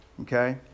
Okay